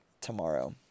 tomorrow